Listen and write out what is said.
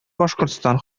башкортстан